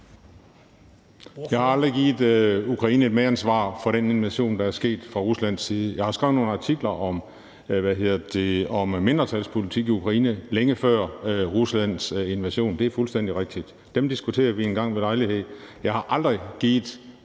Jeg har aldrig givet Ukraine et medansvar for den invasion, der er sket fra Ruslands side. Jeg har skrevet nogle artikler om mindretalspolitik i Ukraine længe før Ruslands invasion, det er fuldstændig rigtigt. Dem diskuterer vi engang ved lejlighed.